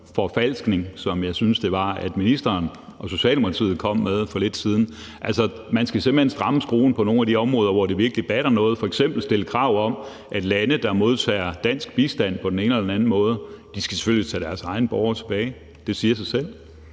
historieforfalskning, som jeg synes ministeren og Socialdemokratiet kom med for lidt siden. Man skal simpelt hen stramme skruen på nogle af de områder, hvor det virkelig batter noget, f.eks. stille krav om, at lande, der modtager dansk bistand på den ene eller den anden måde, selvfølgelig skal tage deres egne borgere tilbage. Det siger sig selv.